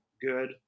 Good